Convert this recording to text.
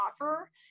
offer